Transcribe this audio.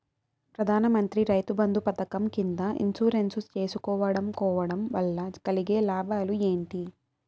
ప్రధాన మంత్రి రైతు బంధు పథకం కింద ఇన్సూరెన్సు చేయించుకోవడం కోవడం వల్ల కలిగే లాభాలు ఏంటి?